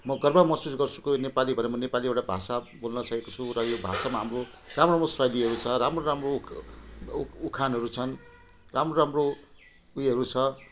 म गर्व महसुस गर्छु कोही नेपाली भएर म नेपाली एउटा भाषा बोल्नसकेको छु र यो भाषामा हाम्रो राम्रो राम्रो शैलीहरू छ राम्रो राम्रो उख उखानहरू छन् राम्रो राम्रो उयोहरू छ